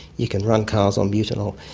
you can run cars on butanol.